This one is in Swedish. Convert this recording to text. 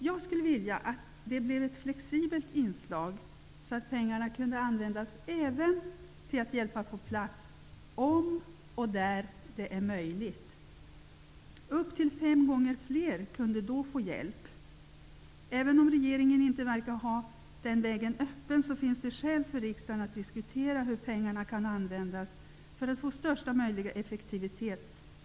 Jag skulle vilja att detta blev ett flexibelt inslag, så att pengarna kunde användas även till hjälp på plats, om och där det är möjligt. Upp till fem gånger fler skulle då kunna få hjälp. Även om regeringen inte verkar ha den vägen öppen finns det skäl för riksdagen att diskutera hur pengarna kan användas för att det skall bli största möjliga effektivitet.